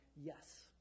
yes